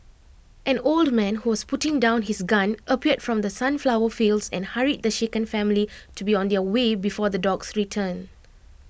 an old man who was putting down his gun appeared from the sunflower fields and hurried the shaken family to be on their way before the dogs return